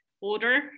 order